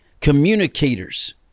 communicators